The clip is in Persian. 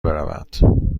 برود